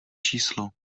číslo